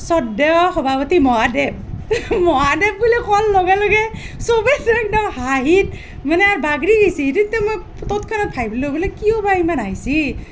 শ্ৰদ্ধেয় সভাপতি মহাদেৱ মহাদেৱ বুলি কোৱাৰ লগে লগে চবেই ত' একদম হাঁহিত মানে বাগৰি গৈছে এইটোতো মই তৎক্ষণাত ভাবিলোঁ বোলে কিয় বা ইমান হাঁহিছে